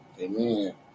Amen